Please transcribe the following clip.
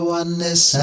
oneness